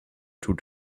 tut